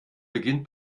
beginnt